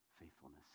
faithfulness